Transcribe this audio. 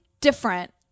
different